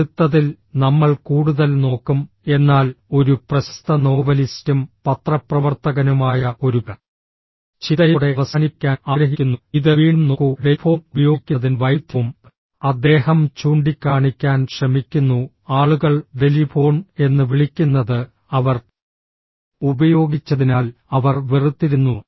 അടുത്തതിൽ നമ്മൾ കൂടുതൽ നോക്കും എന്നാൽ ഒരു പ്രശസ്ത നോവലിസ്റ്റും പത്രപ്രവർത്തകനുമായ ഒരു ചിന്തയോടെ അവസാനിപ്പിക്കാൻ ആഗ്രഹിക്കുന്നു ഇത് വീണ്ടും നോക്കൂ ടെലിഫോൺ ഉപയോഗിക്കുന്നതിന്റെ വൈരുദ്ധ്യവും അദ്ദേഹം ചൂണ്ടിക്കാണിക്കാൻ ശ്രമിക്കുന്നു ആളുകൾ ടെലിഫോൺ എന്ന് വിളിക്കുന്നത് അവർ ഉപയോഗിച്ചതിനാൽ അവർ വെറുത്തിരുന്നു